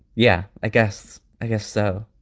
yeah, i guess. i guess so.